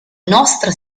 nostra